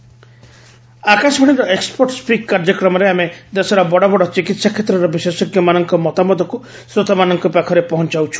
ଏକ୍ନପଟ୍ ସିକ୍ ଆକାଶବାଣୀର ଏକ୍ୱପଟ୍ ସ୍ୱିକ୍ କାର୍ଯ୍ୟକ୍ରମରେ ଆମେ ଦେଶର ବଡ଼ ବଡ଼ ଚିକିତ୍ସା କ୍ଷେତ୍ରର ବିଶେଷଜ୍ଞମାନଙ୍କ ମତାମତକୁ ଶ୍ରୋତାମାନଙ୍କ ପାଖରେ ପହଞ୍ଚାଉଛ